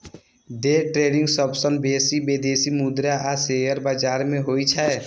day trading सबसं बेसी विदेशी मुद्रा आ शेयर बाजार मे होइ छै